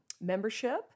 membership